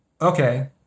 Okay